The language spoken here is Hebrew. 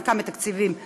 חלקה מתקציבים חדשים.